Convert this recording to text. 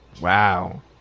wow